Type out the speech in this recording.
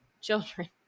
children